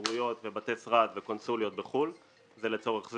שגרירויות ובתי שרד וקונסוליות בחוץ לארץ.